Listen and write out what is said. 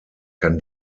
kann